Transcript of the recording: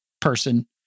person